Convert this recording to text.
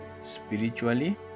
spiritually